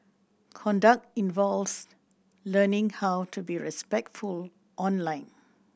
conduct involves learning how to be respectful online